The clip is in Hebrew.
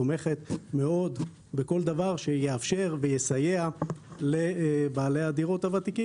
תומכת מאוד בכל דבר שיאפשר ויסייע לבעלי הדירות הוותיקים